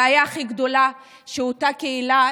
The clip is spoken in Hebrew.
הבעיה הכי גדולה היא שאותה קהילה,